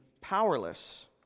powerless